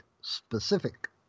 specific